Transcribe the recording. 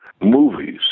movies